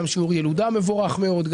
אם בשיעור ילודה מבורך מאוד,